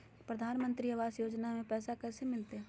प्रधानमंत्री आवास योजना में पैसबा कैसे मिलते?